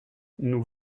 nous